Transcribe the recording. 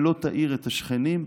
ולא תעיר את השכנים,